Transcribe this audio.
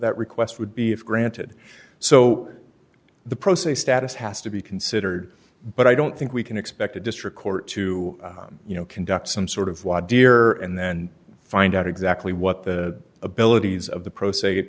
that request would be if granted so the process status has to be considered but i don't think we can expect a district court to you know conduct some sort of law dear and then find out exactly what the abilities of the pro